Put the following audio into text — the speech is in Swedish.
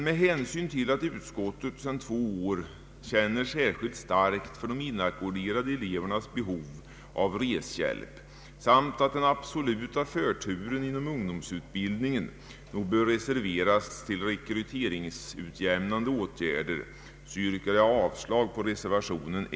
Med hänsyn till att utskottet sedan två år tillbaka känner särskilt starkt för de inackorderade elevernas behov av reshjälp samt att den absoluta förturen inom ungdomsutbildningen bör reserveras till rekryteringsjämnande åtgärder yrkar jag avslag på reservation 1.